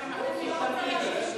אני מכיר כמה שמכניסים גם יידיש.